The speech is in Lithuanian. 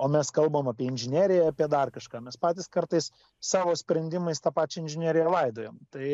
o mes kalbam apie inžineriją apie dar kažką mes patys kartais savo sprendimais tą pačią inžineriją laidojam tai